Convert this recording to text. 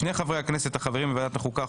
שני חברי הכנסת החברים בוועדת החוקה,